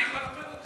אני כבר, טוב.